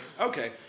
Okay